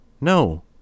No